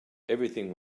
everything